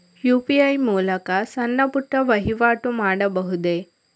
UPI ಮೂಲಕ ಸಣ್ಣ ಪುಟ್ಟ ವಹಿವಾಟು ಮಾಡಬಹುದೇ?